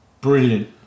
Brilliant